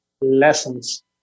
lessons